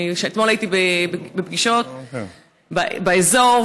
אתמול הייתי בפגישות באזור,